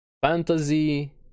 fantasy